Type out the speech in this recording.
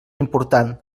important